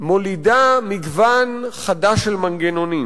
מולידה מגוון חדש של מנגנונים,